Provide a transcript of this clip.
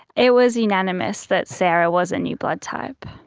it was unanimous that sarah was a new blood type.